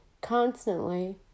constantly